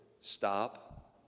stop